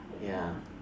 ya